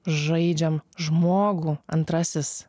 žaidžiam žmogų antrasis